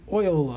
Oil